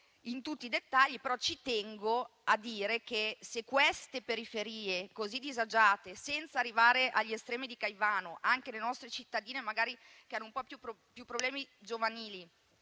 in tutti i dettagli. Ci tengo a dire però che se queste periferie così disagiate (senza arrivare agli estremi di Caivano, penso anche alle nostre cittadine che magari hanno più problemi giovanili)